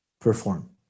perform